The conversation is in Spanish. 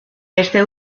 este